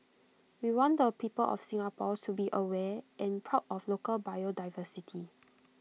we want the people of Singapore to be aware and proud of local biodiversity